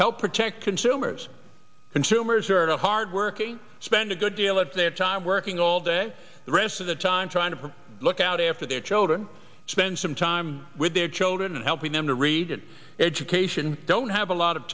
help protect consumers consumers or to hardworking spend a good deal of their time working all day the rest of the time trying to look out after their children spend some time with their children and helping them to read and education don't have a lot of